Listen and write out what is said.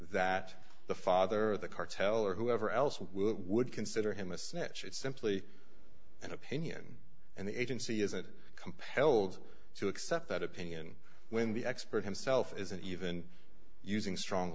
that the father of the cartel or whoever else would consider him a snatch it's simply an opinion and the agency isn't compelled to accept that opinion when the expert himself isn't even using strong